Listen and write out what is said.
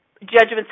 judgments